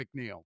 McNeil